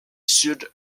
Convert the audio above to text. sud